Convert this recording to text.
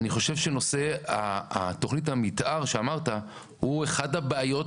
אני חושב שנושא תכנית המתאר שאמרת הוא אחד הבעיות